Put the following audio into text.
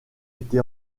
été